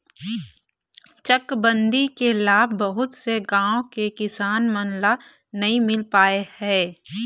चकबंदी के लाभ बहुत से गाँव के किसान मन ल नइ मिल पाए हे